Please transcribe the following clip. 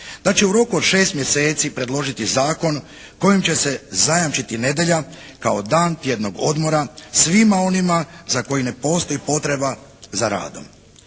da će u roku od 6 mjeseci predložiti zakon kojim će se zajamčiti nedjelja kao dan tjednog odmora svima onima za koje ne postoji potreba za radom.